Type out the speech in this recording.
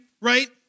right